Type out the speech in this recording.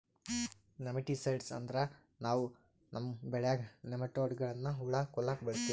nematicide ಅಂದ್ರ ನಾವ್ ನಮ್ಮ್ ಬೆಳ್ಯಾಗ್ ನೆಮಟೋಡ್ಗಳ್ನ್ ಹುಳಾ ಕೊಲ್ಲಾಕ್ ಬಳಸ್ತೀವಿ